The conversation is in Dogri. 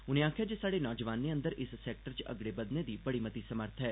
उनें आक्खेआ जे स्हाड़े नौजवानें अंदर इस सैक्टर च अगड़े बधने दी बड़ी मती समर्थ ऐ